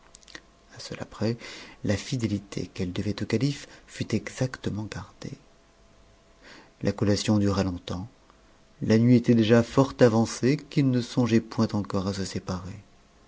a cela près la ndéiité qu'elle devait au calife fut exactement gardée la collation dura fort longtemps la nuit était déjà fort avancée qu'ils ne songeaient point encore à se séparer